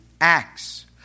acts